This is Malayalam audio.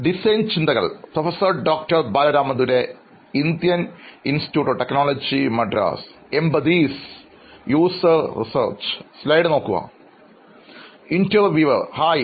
അഭിമുഖം നടത്തുന്നയാൾ ഹായ്